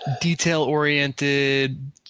detail-oriented